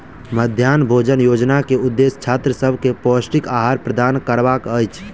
मध्याह्न भोजन योजना के उदेश्य छात्र सभ के पौष्टिक आहार प्रदान करबाक अछि